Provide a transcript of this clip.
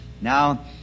Now